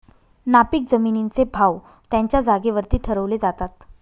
नापीक जमिनींचे भाव त्यांच्या जागेवरती ठरवले जातात